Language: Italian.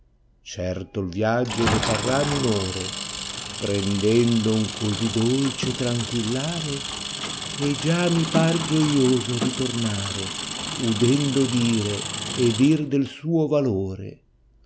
certo h viaggio ne parrà minore prendendo un così dolce tranquillare e già mi par gioioso il ritornare udendo dire e dir del suo valore